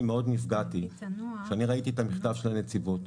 מאוד נפגעתי כשאני ראיתי את המכתב של הנציבות.